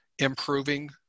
improving